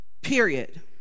period